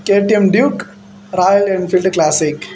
KTM duck Royal Enfield classic